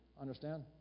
Understand